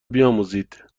بیاموزید